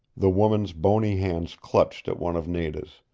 the woman's bony hands clutched at one of nada's.